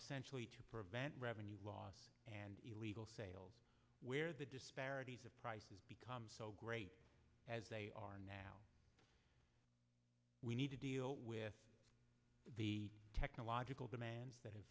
essentially to prevent revenue loss and those sales where the disparities of prices become so great as they are now we need to deal with the technological demands that